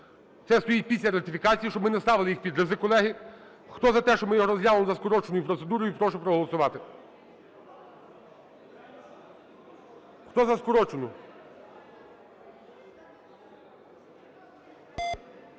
Це стоїть після ратифікацій. Щоб ми не ставили їх під ризик, колеги, хто за те, щоб ми його розглянули за скороченою процедурою прошу проголосувати. Хто за скорочену?